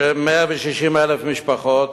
160,000 משפחות,